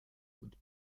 und